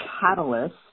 catalyst